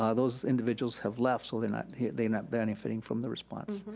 ah those individuals have left, so they're not they're not benefiting from the response.